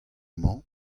mañ